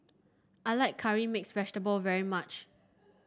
I like curry mix vegetable very much